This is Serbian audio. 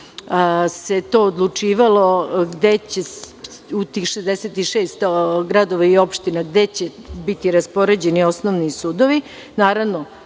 se to odlučivalo gde će u tih 66 gradova i opština biti raspoređeni osnovni sudovi? Naravno,